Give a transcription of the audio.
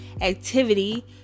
activity